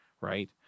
right